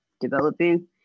developing